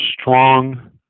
strong